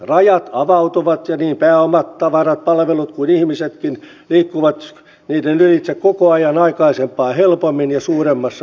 rajat avautuvat ja niin pääomat tavarat palvelut kuin ihmisetkin liikkuvat niiden ylitse koko ajan aikaisempaa helpommin ja suuremmassa määrin